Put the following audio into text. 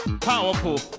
Powerful